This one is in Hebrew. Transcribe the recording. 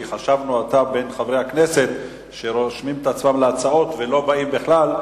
כי חשבנו שאתה בין חברי הכנסת שרושמים את עצמם להצעות ולא באים בכלל.